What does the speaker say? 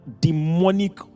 demonic